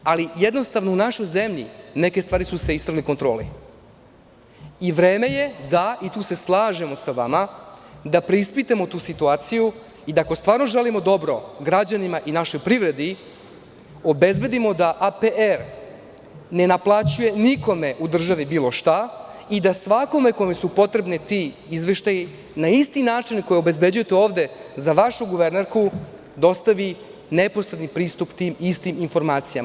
Ali, jednostavno u našoj zemlji neke stvari su se istrgle kontroli i vreme je da, i tu se slažemo sa vama, preispitamo tu situaciju i da ako stvarno želimo dobro građanima i našoj privredi, obezbedimo da APR ne naplaćuje nikome u državi bilo šta i da svakome kome su potrebni ti izveštaji na isti način na koji obezbeđujete ovde za vašu guvernerku, dostavi neposredni pristup tim istim informacijama.